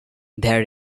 there